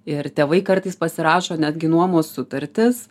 ir tėvai kartais pasirašo netgi nuomos sutartis